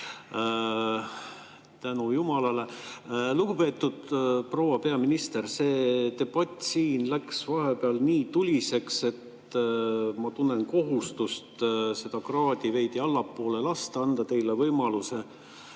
Tänu jumalale! Lugupeetud proua peaminister! See debatt siin läks vahepeal nii tuliseks, et ma tunnen kohustust seda kraadi veidi allapoole lasta, anda teile võimaluse